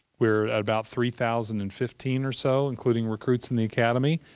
we're at about three thousand and fifteen or so, including recruits in the academy,